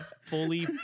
fully